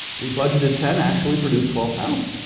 we budgeted ten, actually produced twelve thousand.